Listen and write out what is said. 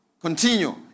continue